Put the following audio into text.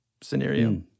scenario